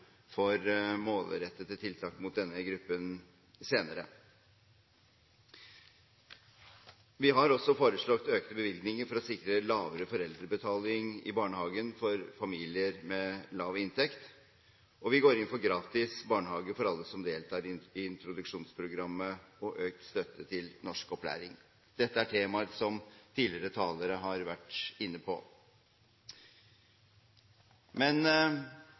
for målrettede tiltak overfor denne gruppen senere. Vi har også foreslått økte bevilgninger for å sikre lavere foreldrebetaling i barnehagen for familier med lav inntekt, og vi går inn for gratis barnehage for alle som deltar i introduksjonsprogrammet, og økt støtte til norskopplæring. Dette er tema som tidligere talere har vært inne på. Men